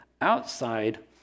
outside